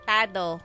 Tado